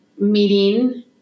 meeting